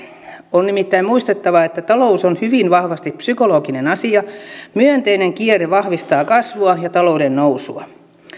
on nimittäin muistettava että talous on hyvin vahvasti psykologinen asia myönteinen kierre vahvistaa kasvua ja talouden nousua